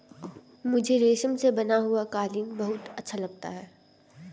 मुझे रेशम से बना हुआ कालीन बहुत अच्छा लगता है